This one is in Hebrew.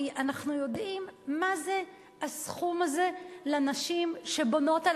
כי אנחנו יודעים מה זה הסכום הזה לנשים שבונות על